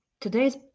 Today's